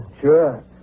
Sure